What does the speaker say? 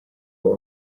buon